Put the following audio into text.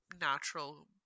natural